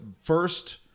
first